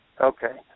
Okay